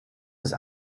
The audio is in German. des